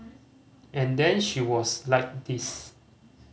and then she was like this